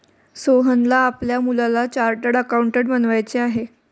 सोहनला आपल्या मुलाला चार्टर्ड अकाउंटंट बनवायचे आहे